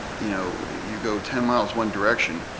you know, you go ten miles one direction,